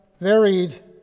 varied